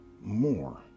more